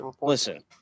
listen